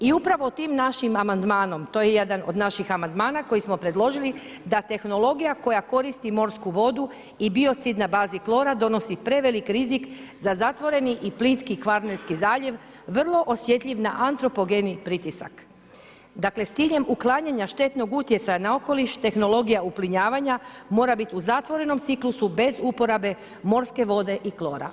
I upravo tim našim amandmanom, to je jedan od naših amandmana koji smo predložili, da tehnologija koja koristi morsku vodu i biocid na bazi klora, donosi prevelik rizik za zatvoreni i plinski Kvarnerski zaljev, vrlo osjetljiv na antropogeni pritisak, dakle s ciljem uklanjanja štetnog utjecaja na okoliš, tehnologija uplinjavanja mora bit u zatvorenom ciklusu bez uporabe morske vode i klora.